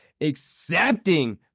accepting